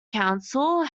council